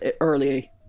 early